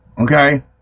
Okay